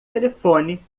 telefone